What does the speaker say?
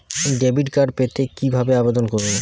Debit card পেতে কি ভাবে আবেদন করব?